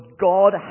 God